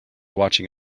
watching